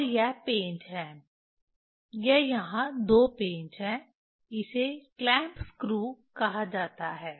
और यह पेंच हैं यह यहां दो पेंच हैं इसे क्लैंप स्क्रू कहा जाता है